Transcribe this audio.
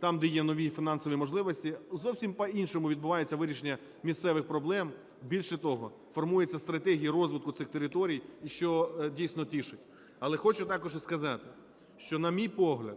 там, де є нові фінансові можливості, зовсім по-іншому відбувається вирішення місцевих проблем. Більше того, формується стратегія розвитку цих територій, що дійсно тішить. Але хочу також і сказати, що, на мій погляд,